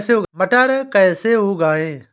मटर कैसे उगाएं?